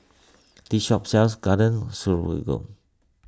this shop sells Garden Stroganoff